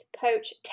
coach